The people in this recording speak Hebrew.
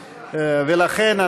ולכן,